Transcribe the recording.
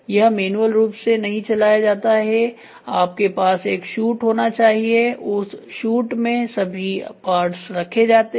यह मैन्युअल रूप से नहीं चलाया जाता है आपके पास एक शूट होना चाहिए उस शूट में सभी पार्ट्स रखे जाते हैं